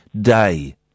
day